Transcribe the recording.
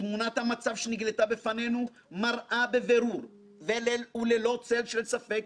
תמונת המצב שנגלתה בפנינו מראה בבירור וללא צל של ספק